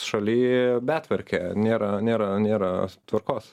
šaly betvarke nėra nėra nėra tvarkos